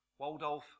Waldolf